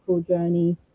journey